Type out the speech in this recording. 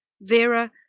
Vera